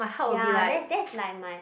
ya that that's like my